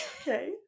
Okay